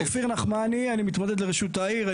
אופיר נחמני, אני מתמודד לראשות העיר.